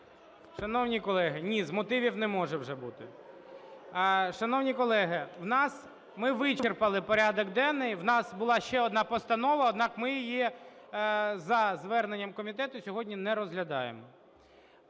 Шановні колеги, ні, з мотивів не може вже бути. Шановні колеги, ми вичерпали порядок денний. У нас була ще одна постанова, однак ми її за зверненням комітету сьогодні не розглядаємо.